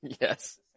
Yes